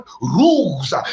rules